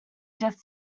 just